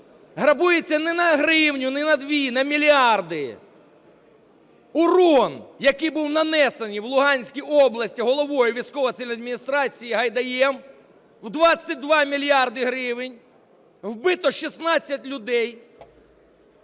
Грабується не на гривню, не на дві, на мільярди. Урон, який був нанесений в Луганській області головою військово-цивільної адміністрації Гайдаєм в 22 мільярди гривень, вбито 16 людей.